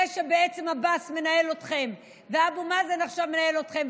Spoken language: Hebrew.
זה שבעצם עבאס מנהל אתכם ואבו מאזן עכשיו מנהל אתכם,